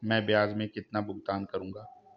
मैं ब्याज में कितना भुगतान करूंगा?